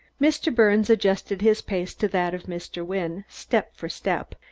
mr. birnes adjusted his pace to that of mr. wynne, step for step,